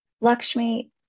Lakshmi